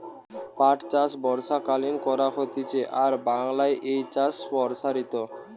পাট চাষ বর্ষাকালীন করা হতিছে আর বাংলায় এই চাষ প্সারিত